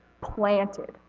planted